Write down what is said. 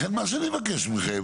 לכן מה שאני מבקש מכם,